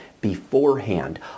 beforehand